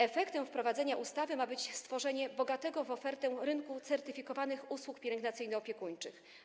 Efektem wprowadzenia ustawy ma być stworzenie bogatego w ofertę rynku certyfikowanych usług pielęgnacyjno-opiekuńczych.